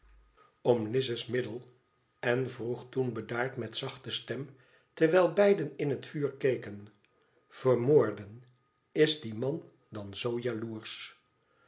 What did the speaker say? om lize's middel en vroeg toen bedaard met zachte stem terwijlbeideninhet vuur keken vermoorden is die man dan zoo jaloersch